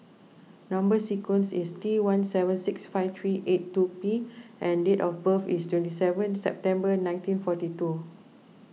Number Sequence is T one seven six five three eight two P and date of birth is twenty seven September nineteen forty two